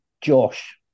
Josh